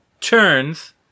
turns